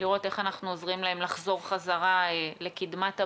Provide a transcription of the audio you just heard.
לראות איך אנחנו עוזרים להם לחזור חזרה לקדמת הבמה,